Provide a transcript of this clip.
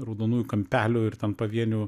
raudonųjų kampelių ir ten pavienių